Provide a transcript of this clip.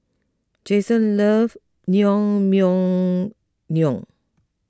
Jayson loves Naengmyeon